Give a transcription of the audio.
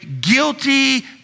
guilty